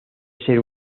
ser